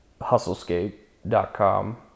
hustlescape.com